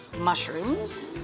mushrooms